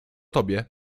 tobie